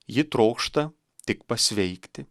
ji trokšta tik pasveikti